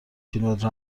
کیلومتر